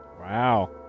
Wow